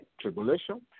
tribulation